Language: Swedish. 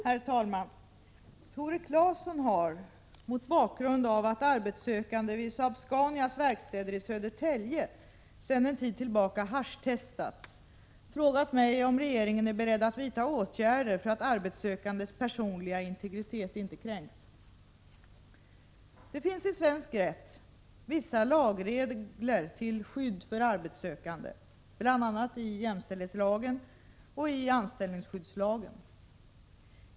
Herr talman! Tore Claeson har, mot bakgrund av att arbetssökande vid Saab-Scanias verkstäder i Södertälje sedan en tid tillbaka haschtestas, frågat mig om regeringen är beredd att vidta åtgärder för att arbetssökandes personliga integritet inte kränks. Det finns i svensk rätt vissa lagregler till skydd för arbetssökande, bl.a. i jämställdhetslagen och i anställningsskyddslagen.